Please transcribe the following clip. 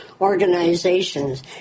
organizations